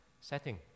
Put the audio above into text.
setting